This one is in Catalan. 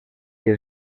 que